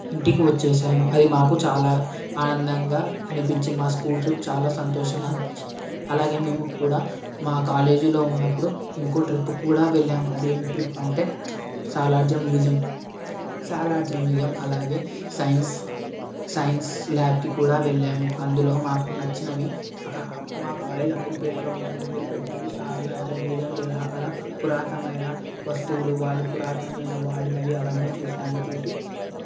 ఇంటికి వచ్చేసాము అది మాకు చాలా ఆనందంగా అనిపించి మా స్కూల్ ట్రిప్ చాలా సంతోషంగా అనిపించింది అలాగే మేము కూడా మా కాలేజీలో ఉన్నప్పుడు ఇంకో ట్రిప్పు కూడా వెళ్ళాం అది ఏం ట్రిప్ అంటే సాలార్జంగ్ మ్యూజియం సాలార్జంగ్ మ్యూజియం అలాగే సైన్స్ సైన్స్ ల్యాబ్కి కూడా వెళ్ళాము అందులో మాకు నచ్చినవి అక్కడ మా కాలేజ్ అమీర్పేట్లో ఉంటుంది అమీర్పేట్లో నుంచి సాలార్జంగ్ మ్యూజియం వెళ్ళాం అక్కడ పురాతనమైన వస్తువులు వాళ్ళు పురాతనమైన వాడినవి అవన్నీ చూసాము చూసి